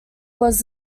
was